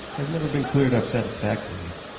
has never been cleared up satisfactorily.